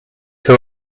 who